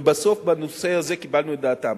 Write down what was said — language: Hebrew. ובסוף בנושא הזה קיבלנו את דעתם.